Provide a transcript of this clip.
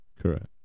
Correct